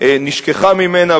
נשכחה ממנה,